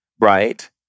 right